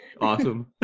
Awesome